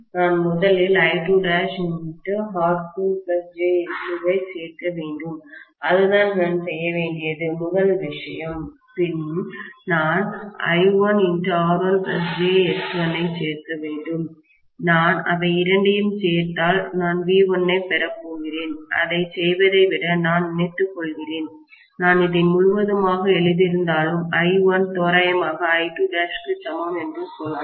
நான் முதலில் I2'R2jX2 ஐ சேர்க்க வேண்டும்அதுதான் நான் செய்ய வேண்டியது முதல் விஷயம்பின் நான் I1R1jX1 ஐ சேர்க்க வேண்டும் நான் அவை இரண்டையும் சேர்த்தால் நான் V1 ஐப் பெற வேண்டும் அதைச் செய்வதை விட நான் நினைத்துக்கொள்கிறேன் நான் இதை முழுவதுமாக எழுதியிருந்தாலும் I1 தோராயமாக I2' க்கு சமம் என்று சொல்லலாம்